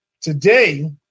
Today